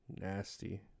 nasty